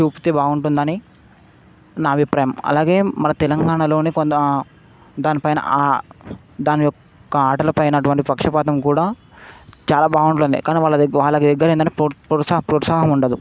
చూపితే బాగుంటుందని నా అభిప్రాయం అలాగే మన తెలంగాణలోని కొంత దానిపైన దాని యొక్క ఆటలపైనటువంటి పక్షపాతం కూడా చాలా బాగుంటుంది కాని వాళ్ళద వాళ్ళ దగ్గరేందంటే ప్రోత్సా ప్రోత్సాహం ఉండదు